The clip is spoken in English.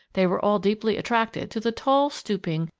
they were all deeply attracted to the tall, stooping,